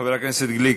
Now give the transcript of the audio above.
חבר הכנסת גליק,